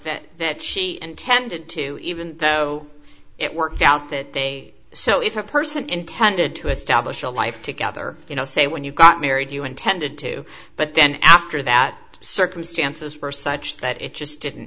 that that she intended to even though it worked out that day so if a person intended to establish a life together you know say when you got married you intended to but then after that circumstances first such that it just didn't